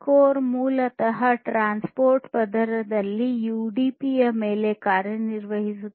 core ಮೂಲತಃ transport ಪದರದಲ್ಲಿ UDP ಯ ಮೇಲೆ ಕಾರ್ಯನಿರ್ವಹಿಸುತ್ತದೆ